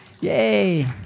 Yay